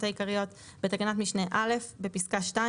העיקריות בתקנת משנה (א) בפסקה (2)